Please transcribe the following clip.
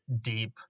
deep